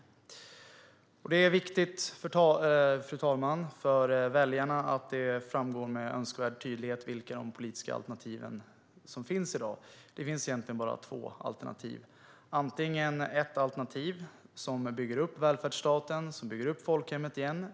Fru talman! Det är viktigt för väljarna att det tydligt framgår vilka politiska alternativ som finns i dag. Det finns egentligen bara två alternativ: antingen ett alternativ som bygger upp välfärdsstaten och folkhemmet igen.